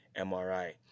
MRI